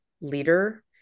leader